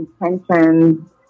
intentions